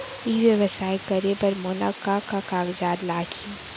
ई व्यवसाय करे बर मोला का का कागजात लागही?